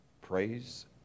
praise